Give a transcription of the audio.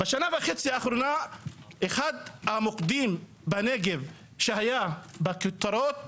בשנה וחצי אחרונה אחד המוקדים בנגב שהיה בכותרות,